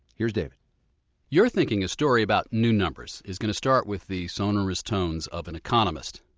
here's david you're thinking a story about new numbers is going to start with the sonorous tones of an economist.